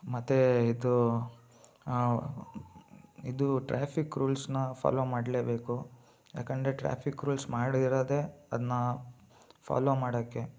ಮತ್ತೆ ಇದು ಇದು ಟ್ರಾಫಿಕ್ ರೂಲ್ಸ್ನ ಫಾಲೋ ಮಾಡಲೇಬೇಕು ಯಾಕಂದರೆ ಟ್ರಾಫಿಕ್ ರೂಲ್ಸ್ ಮಾಡಿರೋದೆ ಅದನ್ನ ಫಾಲೋ ಮಾಡೋಕ್ಕೆ